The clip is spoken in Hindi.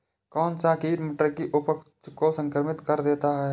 कौन सा कीट मटर की उपज को संक्रमित कर देता है?